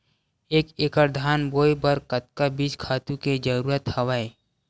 एक एकड़ धान बोय बर कतका बीज खातु के जरूरत हवय?